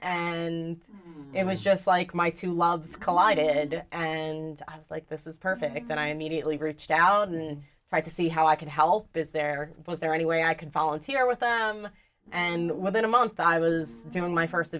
and it was just like my two labs collided and i was like this is perfect and i immediately reached out and tried to see how i could help is there was there any way i could volunteer with them and within a month i was doing my first